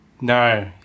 No